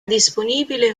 disponibile